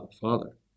Father